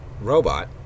robot